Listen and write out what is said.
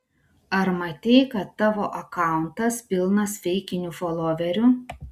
ar matei kad tavo akauntas pilnas feikinių foloverių